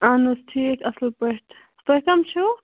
اہن حظ ٹھیٖک اصٕل پٲٹھۍ تُہۍ کم چھو